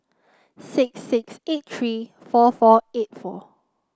six six eight three four four eight four